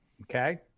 Okay